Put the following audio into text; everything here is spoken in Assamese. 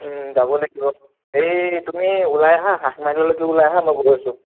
যাব লাগিব এই তুমি ওলাই আহা সাত মাইললৈকে ওলাই আহা মই গৈ আছোঁ